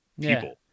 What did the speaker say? people